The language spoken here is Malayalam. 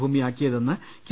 ഭൂമിയാക്കിയതെന്ന് കെ